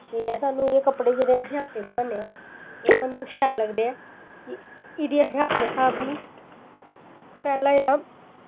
ते सानूं एह् कपड़े जेह्ड़े अस आपै बनान्ने आं एह् सानूं शैल लगदे ऐ कि एह्दी असें अपने स्हाब दी पैह्लैं एह्दा